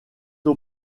aux